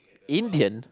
Indian